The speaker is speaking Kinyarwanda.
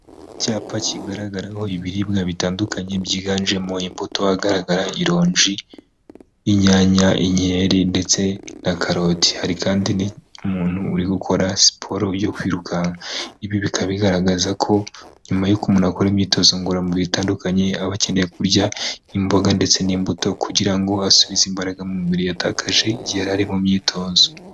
Icyapa kigaragaraho ibiribwa bitandukanye byiganjemo imbuto ahagaragara ironji, inyanya , inkeri ndetse na karoti hari kandi umuntu uri gukora siporo byo kwiruka ibi bikaba bigaragaza ko nyuma yuko umuntu akora imyitozo ngororamubiri itandukanye aba akeneye kurya imboga ndetse n'imbuto kugira ngo asubize imbaraga mu mubiri yatakaje igihe yarari mu myitozo.